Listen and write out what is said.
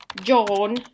John